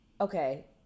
Okay